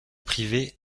privée